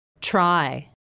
Try